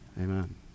Amen